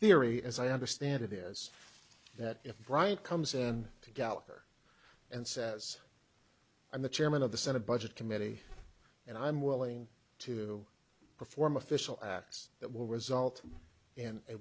theory as i understand it is that if bryant comes in to gallagher and says i'm the chairman of the senate budget committee and i'm willing to perform official acts that will result in a